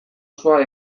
osoa